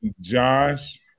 Josh